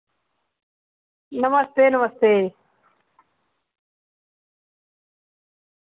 नमस्ते नमस्ते